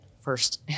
first